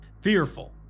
fearful